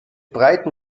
breiten